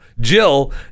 Jill